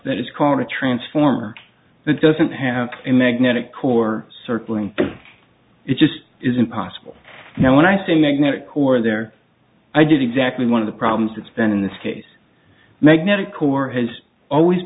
that is called a transformer that doesn't have a magnetic core circling it just isn't possible now when i say magnetic core there i did exactly one of the problems it's been in this case magnetic core has always